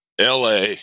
LA